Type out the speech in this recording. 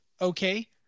okay